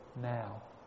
now